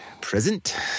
present